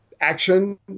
action